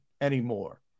anymore